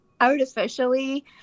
artificially